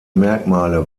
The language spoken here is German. merkmale